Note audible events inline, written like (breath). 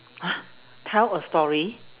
(breath) tell a story